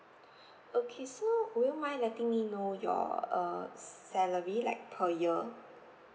okay so would you mind letting me know your err salary like per year